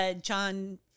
John